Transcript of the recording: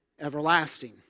everlasting